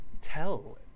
tell